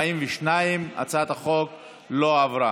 42. הצעת החוק לא עברה